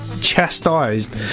chastised